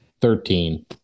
Thirteen